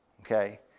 Okay